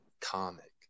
comic